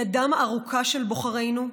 ידם הארוכה של בוחרינו.